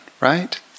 right